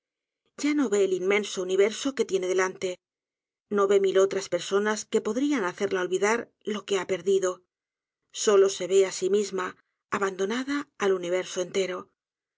o v e el inmenso universo que tiene delante no ve mil otras personas que podrían hacerla olvidar lo que ha perdido solo se ve á sí misma abandonada del universo entero